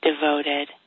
devoted